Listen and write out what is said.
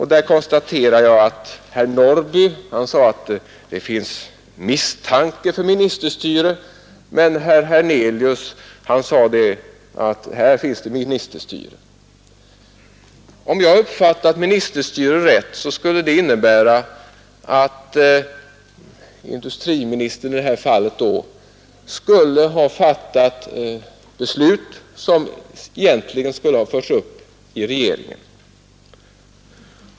Herr Norrby sade att det finns misstanke om ministerstyre, och herr Hernelius sade att här finns det ministerstyre. Om jag har uppfattat begreppet ministerstyre rätt så skulle det innebära att i det här fallet industriministern skulle ha fattat beslut som egentligen skulle ha förts upp i regeringen.